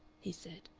he said.